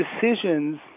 decisions